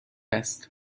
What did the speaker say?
است